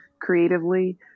creatively